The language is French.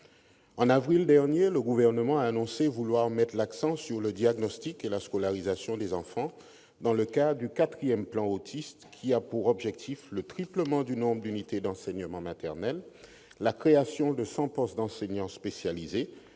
En avril dernier, le Gouvernement a annoncé vouloir mettre l'accent sur le diagnostic et sur la scolarisation des enfants dans le cadre du quatrième plan Autisme, qui a pour objectif le triplement du nombre d'unités d'enseignement en maternelle, la création de cent postes d'enseignants spécialisés,